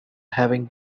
having